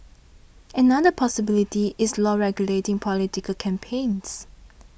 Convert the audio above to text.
another possibility is law regulating political campaigns